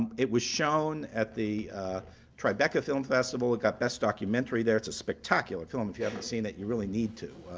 and it was shown at the tribeca film festival. it got best documentary there. it's a spectacular film. if you haven't seen it, you really need to.